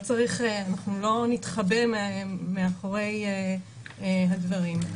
אנחנו לא נתחבא מאחורי הדברים.